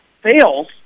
fails